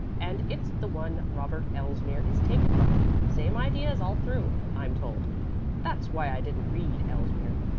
and it's the one robert elsmere is taken from same ideas all through, i'm told that's why i didn't read elsmere.